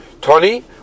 Tony